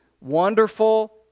wonderful